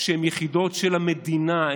שהן יחידות של המדינה,